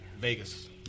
Vegas